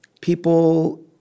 people